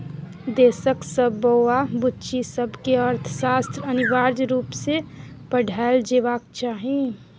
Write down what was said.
देशक सब बौआ बुच्ची सबकेँ अर्थशास्त्र अनिवार्य रुप सँ पढ़ाएल जेबाक चाही